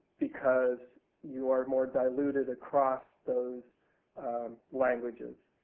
because you are more diluted across those languages.